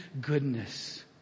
goodness